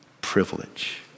privilege